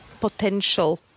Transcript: potential